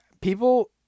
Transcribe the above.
People